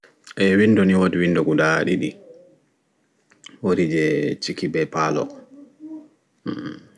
Eeh winɗo ni woɗi winɗo guɗa ɗiɗi woɗi jei ciki ɓe palo